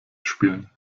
spielen